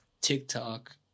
TikTok